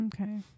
Okay